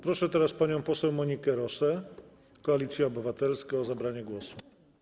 Proszę panią poseł Monikę Rosę, Koalicja Obywatelska, o zabranie głosu.